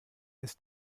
ist